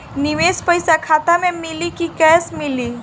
निवेश पइसा खाता में मिली कि कैश मिली?